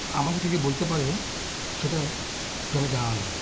আমাদেরকে যে বলতে পারে সেটা যারা জানে